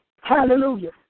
Hallelujah